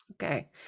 Okay